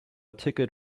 ticket